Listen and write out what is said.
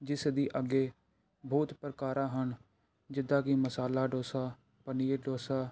ਜਿਸ ਦੀ ਅੱਗੇ ਬਹੁਤ ਪ੍ਰਕਾਰਾਂ ਹਨ ਜਿੱਦਾਂ ਕਿ ਮਸਾਲਾ ਡੋਸਾ ਪਨੀਰ ਡੋਸਾ